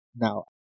now